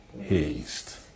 haste